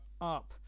up